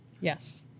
Yes